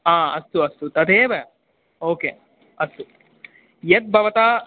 आ अस्तु अस्तु तदेव ओके अस्तु यद् भवतः